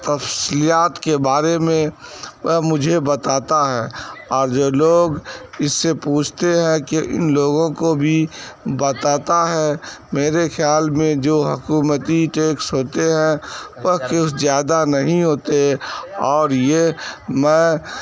تفصیلات کے بارے میں وہ مجھے بتاتا ہے اور جو لوگ اس سے پوچھتے ہیں کہ ان لوگوں کو بھی بتاتا ہے میرے خیال میں جو حکومتی ٹیکس ہوتے ہیں وہ کچھ زیادہ نہیں ہوتے اور یہ میں